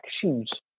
shoes